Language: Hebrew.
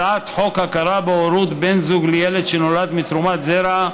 הצעת חוק הכרה בהורות בן זוג לילד שנולד מתרומת זרע,